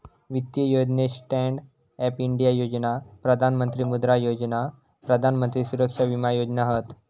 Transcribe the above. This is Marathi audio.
वित्तीय योजनेत स्टॅन्ड अप इंडिया योजना, प्रधान मंत्री मुद्रा योजना, प्रधान मंत्री सुरक्षा विमा योजना हत